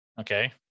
Okay